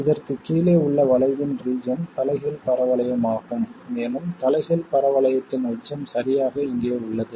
இதற்குக் கீழே உள்ள வளைவின் ரீஜன் தலைகீழ் பரவளையமாகும் மேலும் தலைகீழ் பரவளையத்தின் உச்சம் சரியாக இங்கே உள்ளது